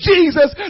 Jesus